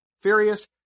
Furious